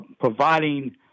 providing